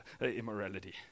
immorality